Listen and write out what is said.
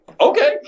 okay